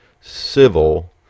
civil